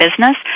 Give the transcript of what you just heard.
business